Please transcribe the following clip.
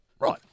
Right